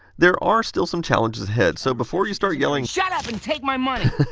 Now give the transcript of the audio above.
there are still some challenges ahead. so before you start yelling shut up and take my money,